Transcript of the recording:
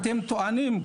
אתם טוענים,